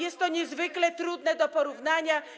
Jest to niezwykle trudne do porównania.